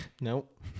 Nope